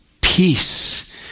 peace